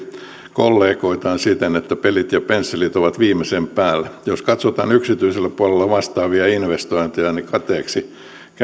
kollegoitaan siten että pelit ja pensselit ovat viimeisen päälle jos katsotaan yksityisellä puolella vastaavia investointeja niin kateeksi käy